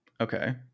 Okay